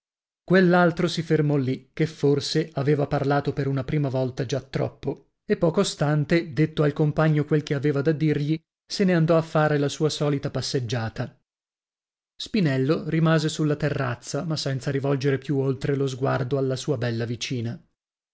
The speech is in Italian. quell'altro si fermò lì che forse aveva parlato per una prima volta già troppo e poco stante detto al compagno quel che aveva da dirgli se ne andò a fare la sua solita passeggiata spinello rimase sulla terrazza ma senza rivolgere più oltre lo sguardo alla sua bella vicina